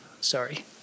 Sorry